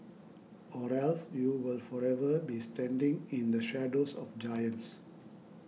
or else you will forever be standing in the shadows of giants